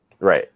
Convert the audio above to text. Right